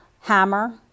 hammer